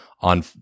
on